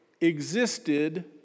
existed